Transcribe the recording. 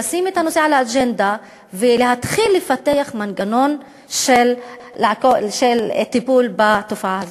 לשים את הנושא על האג'נדה ולהתחיל לפתח מנגנון של טיפול בתופעה הזאת.